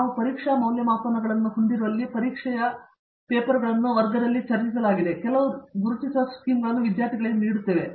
ನಾವು ಪರೀಕ್ಷಾ ಮೌಲ್ಯಮಾಪನಗಳನ್ನು ಹೊಂದಿರುವಲ್ಲಿ ಪರೀಕ್ಷೆಯ ಪೇಪರ್ಗಳನ್ನು ವರ್ಗದಲ್ಲಿ ಚರ್ಚಿಸಲಾಗಿದೆ ಮತ್ತು ಕೆಲವು ಗುರುತಿಸುವ ಸ್ಕೀಮ್ಗಳನ್ನು ವಿದ್ಯಾರ್ಥಿಗಳಿಗೆ ನೀಡಲಾಗುತ್ತದೆ